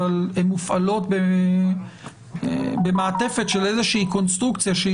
אבל הן מופעלות במעטפת של איזושהי קונסטרוקציה שהיא